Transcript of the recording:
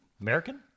American